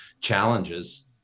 challenges